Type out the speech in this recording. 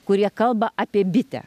kurie kalba apie bitę